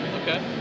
Okay